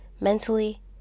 mentally